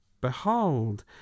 Behold